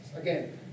Again